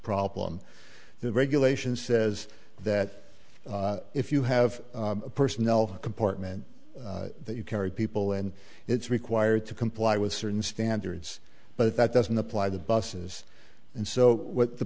problem the regulation says that if you have a personnel compartment that you carry people and it's required to comply with certain standards but that doesn't apply the busses and so what the